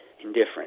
indifferent